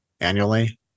annually